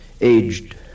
aged